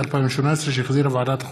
התשע"ט 2018, שהחזירה ועדת החוקה,